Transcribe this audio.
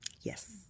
Yes